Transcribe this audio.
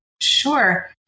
Sure